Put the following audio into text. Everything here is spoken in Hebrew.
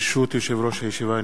ברשות יושב-ראש הישיבה,